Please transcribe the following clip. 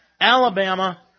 Alabama